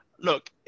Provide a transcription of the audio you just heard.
look